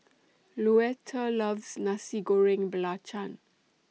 Louetta loves Nasi Goreng Belacan